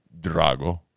Drago